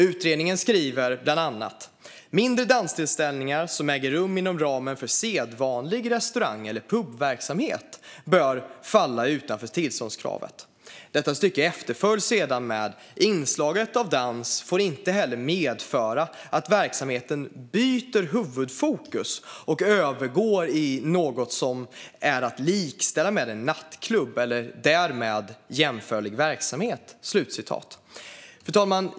Utredningen skriver bland annat: "Mindre danstillställningar som äger rum inom ramen för sedvanlig restaurang eller pubverksamhet bör falla utanför tillståndskravet . Inslaget av dans får inte heller medföra att verksamheten byter huvudfokus och övergår i något som är att likställa med en nattklubb eller därmed jämförlig verksamhet." Fru talman!